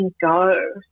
go